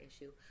issue